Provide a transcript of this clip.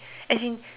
as in